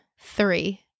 Three